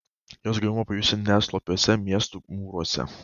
jos gaivumą pajusi ne slopiuose miestų mūruose